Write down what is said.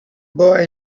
boy